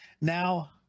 now